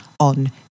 on